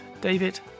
david